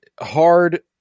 hard